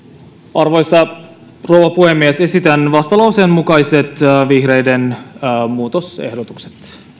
arvoisa rouva puhemies esitän vastalauseen mukaiset vihreiden muutosehdotukset